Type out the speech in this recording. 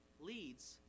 leads